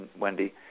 wendy